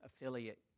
affiliate